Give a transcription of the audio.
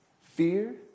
Fear